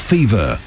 Fever